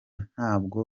ntabwo